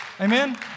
Amen